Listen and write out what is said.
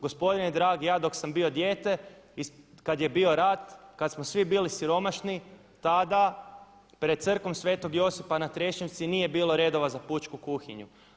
Gospodine dragi ja dok sam bio dijete kada je bio rat kada smo svi bili siromašni tada pred Crkvom sv. Josipa na Trešnjevci nije bilo redova za pučku kuhinju.